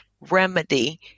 remedy